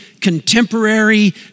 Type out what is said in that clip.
contemporary